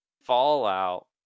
Fallout